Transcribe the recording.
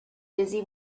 busy